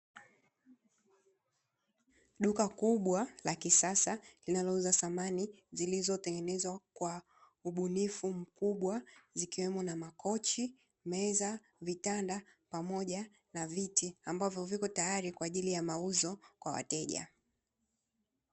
Duka kubwa la kisasa linalouza samani zilizo tengenezwa kwa ubunifu mkubwa zikiwemo na: makochi, meza, vitanda pamoja na viti ambavyo viko tayari kwa ajili ya mauzo kwa wateja.